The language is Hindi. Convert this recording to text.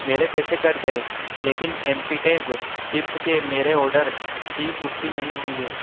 मेरे पैसे कट गए लेकिन एम्पीटैज़ चिप्स के मेरे ऑर्डर की पुष्टि नहीं हुई है